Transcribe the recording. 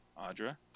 Audra